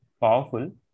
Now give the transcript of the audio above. powerful